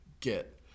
get